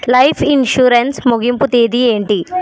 life insurance ముగింపు తేదీ ఏంటి